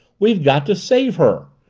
we've got to save her!